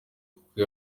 kuko